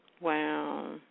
Wow